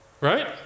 Right